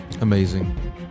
amazing